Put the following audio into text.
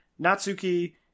Natsuki